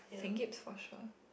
Saint-Gabe's for sure